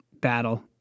battle